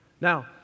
Now